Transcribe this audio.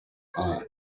tyre